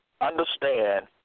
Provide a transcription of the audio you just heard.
Understand